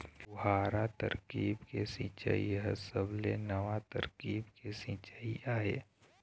फुहारा तरकीब के सिंचई ह सबले नवा तरकीब के सिंचई आय